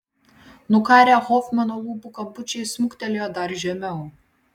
nukarę hofmano lūpų kampučiai smuktelėjo dar žemiau